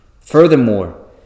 Furthermore